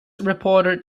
reporter